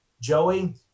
Joey